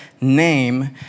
name